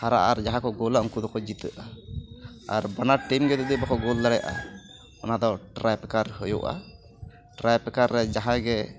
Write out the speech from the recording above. ᱦᱟᱨᱟᱜᱼᱟ ᱟᱨ ᱡᱟᱦᱟᱸᱭ ᱜᱳᱞᱟ ᱩᱝᱠᱩ ᱫᱚᱠᱚ ᱡᱤᱛᱟᱹᱜᱼᱟ ᱟᱨ ᱵᱟᱱᱟᱨ ᱴᱤᱢ ᱜᱮ ᱡᱩᱫᱤ ᱵᱟᱠᱚ ᱜᱳᱞ ᱫᱟᱲᱮᱭᱟᱜᱼᱟ ᱚᱱᱟ ᱫᱚ ᱴᱨᱭᱵᱮᱠᱟᱨ ᱦᱩᱭᱩᱜᱼᱟ ᱴᱨᱟᱭᱵᱮᱠᱟᱨ ᱨᱮ ᱡᱟᱦᱟᱸᱭ ᱜᱮ